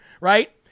right